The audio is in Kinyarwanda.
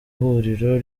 huriro